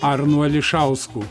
arnu ališausku